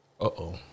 Uh-oh